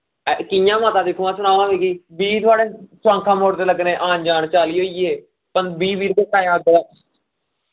ऐ कि'यां मता दिक्खो हां सनाओ हां मिकी बीह् थुआढ़े सोआंखा मोड़ दे लग्गने आन जान चाली होइये पं बीह् बीह् रपे